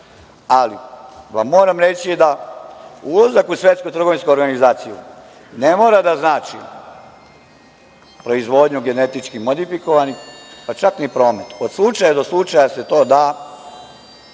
ali vam moram reći da ulazak u Svetsku trgovinsku organizaciju ne mora da znači proizvodnju genetički modifikovanih, pa čak ni promet. Od slučaja do slučaja se to da